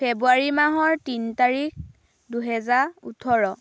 ফেব্ৰুৱাৰী মাহৰ তিনি তাৰিখ দুহেজাৰ ওঠৰ